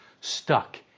stuck